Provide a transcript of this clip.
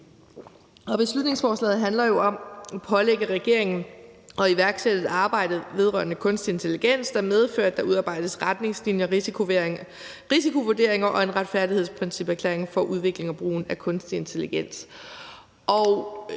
Beslutningsforslaget handler jo om at pålægge regeringen at iværksætte et arbejde vedrørende kunstig intelligens, der medfører, at der udarbejdes retningslinjer, risikovurderinger og en retfærdighedsprinciperklæring for udviklingen og brugen af kunstig intelligens.